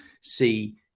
see